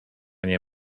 nie